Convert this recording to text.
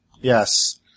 Yes